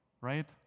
Right